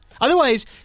Otherwise